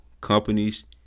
companies